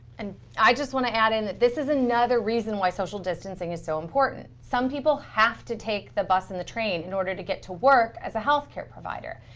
and i just want to add in that this is another reason why social distancing is so important. some people have to take the bus and the train in order to get to work as a health care provider.